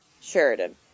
Sheridan